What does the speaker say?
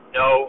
no